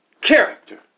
character